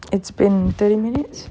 it's been thirty minutes